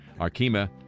Arkema